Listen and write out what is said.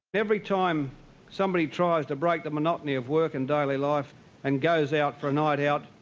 every time somebody tries to break the monotony of work and daily life and goes out for a night out,